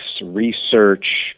research